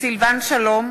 מצביע סילבן שלום,